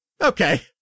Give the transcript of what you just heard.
Okay